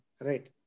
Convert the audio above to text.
right